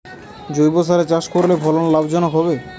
জৈবসারে চাষ করলে ফলন লাভজনক হবে?